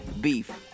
beef